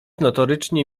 notorycznie